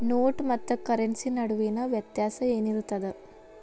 ನೋಟ ಮತ್ತ ಕರೆನ್ಸಿ ನಡುವಿನ ವ್ಯತ್ಯಾಸ ಏನಿರ್ತದ?